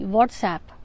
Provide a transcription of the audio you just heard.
WhatsApp